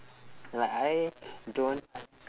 like I don't